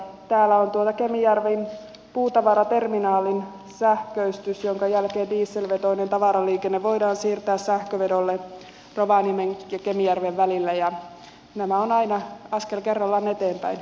täällä on kemijärven puutavaraterminaalin sähköistys jonka jälkeen dieselvetoinen tavaraliikenne voidaan siirtää sähkövedolle rovaniemen ja kemijärven välillä ja nämä ovat aina askel kerrallaan eteenpäin hyvä näin